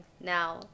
Now